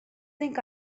think